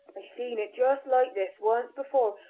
i seen it just like this once before,